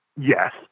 Yes